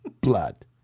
Blood